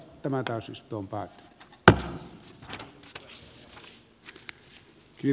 tämä täysistuntoat lasten asemaa